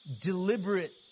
deliberate